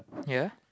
ya